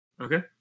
Okay